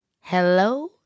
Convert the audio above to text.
Hello